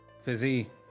fizzy